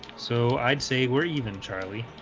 so i'd say we're even charlie